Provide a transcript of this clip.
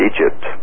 Egypt